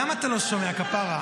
למה אתה לא שומע, כפרה?